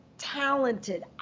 talented